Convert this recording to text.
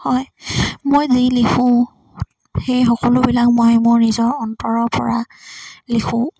হয় মই যি লিখোঁ সেই সকলোবিলাক মই মোৰ নিজৰ অন্তৰৰ পৰা লিখোঁ